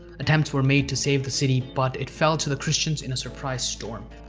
attempts were made to save the city but it fell to the christians in a surprise storm.